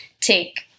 take